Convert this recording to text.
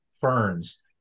ferns